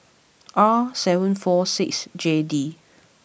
R seven four six J D